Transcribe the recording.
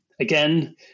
Again